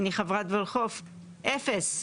אני חברת ולחו"ף, אפס.